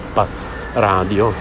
Radio